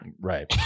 right